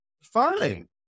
fine